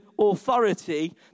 authority